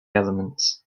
elements